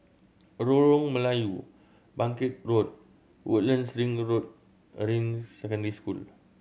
Lorong Melayu Bangkit Road Woodlands Ring Road Ring Secondary School